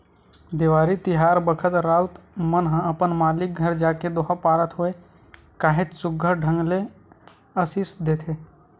देवारी तिहार बखत राउत मन ह अपन मालिक घर जाके दोहा पारत होय काहेच सुग्घर ढंग ले असीस देथे